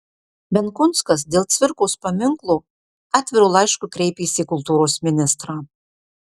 benkunskas dėl cvirkos paminklo atviru laišku kreipėsi į kultūros ministrą